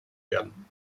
werden